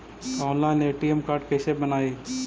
Online ATM card कैसे बनाई?